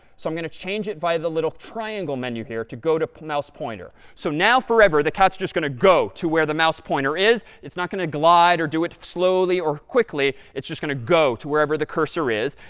so i'm going to change it by the little triangle menu here, to go to the mouse pointer. so now, forever, the cat's just going to go to where the mouse pointer is. it's not going to glide or do it slowly or quickly. it's just going to go to wherever the cursor is.